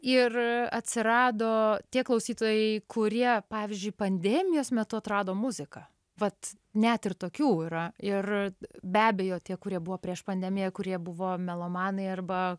ir atsirado tie klausytojai kurie pavyzdžiui pandemijos metu atrado muziką vat net ir tokių yra ir be abejo tie kurie buvo prieš pandemiją kurie buvo melomanai arba